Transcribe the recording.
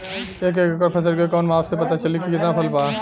एक एकड़ फसल के कवन माप से पता चली की कितना फल बा?